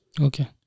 Okay